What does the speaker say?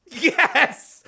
Yes